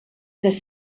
tres